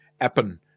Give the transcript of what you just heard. Appen